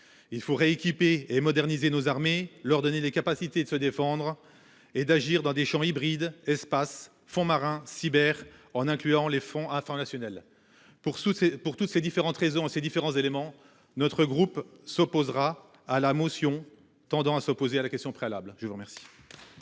Il faut rééquiper et moderniser nos armées, leur donner les capacités de se défendre et d'agir dans des champs hybride espace fonds marins cyber en incluant les fonds international pour tous c'est pour toutes ces différentes raisons à ces différents éléments. Notre groupe s'opposera à la motion tendant à s'opposer à la question préalable. Je vais dormir.